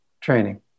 training